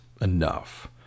enough